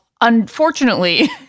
unfortunately